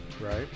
Right